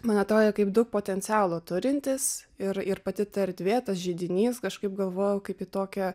man atrodė kaip daug potencialo turintys ir ir pati ta erdvė tas židinys kažkaip galvojau kaip į tokią